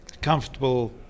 comfortable